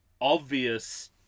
obvious